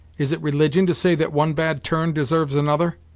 is it religion to say that one bad turn deserves another?